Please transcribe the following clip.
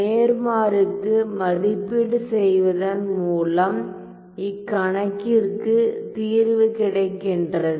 நேர்மாறுக்கு மதிப்பீடு செய்வதன் மூலம் இக்கணக்கிற்கு தீர்வு கிடைக்கின்றது